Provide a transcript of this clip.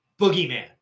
boogeyman